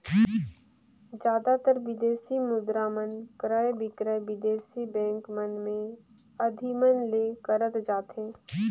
जादातर बिदेसी मुद्रा मन क्रय बिक्रय बिदेसी बेंक मन के अधिमन ले करत जाथे